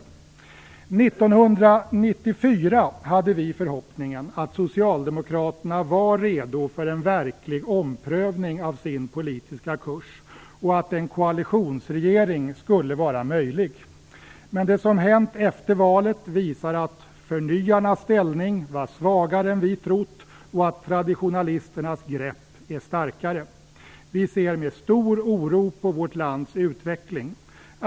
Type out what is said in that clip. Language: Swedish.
År 1994 hade vi förhoppningen att Socialdemokraterna var redo för en verklig omprövning av sin politiska kurs och att en koalitionsregering skulle vara möjlig. Men det som hänt efter valet visar att förnyarnas ställning var svagare än vi trott och att traditionalisternas grepp är starkare. Vi ser med stor oro på vårt lands utveckling.